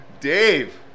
Dave